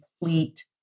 complete